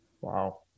Wow